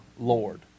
Lord